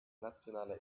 nationaler